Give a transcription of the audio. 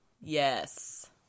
Yes